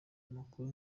umunyakuri